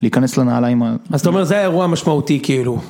להיכנס לנעליים ה... אז אתה אומר, זה אירוע המשמעותי כאילו.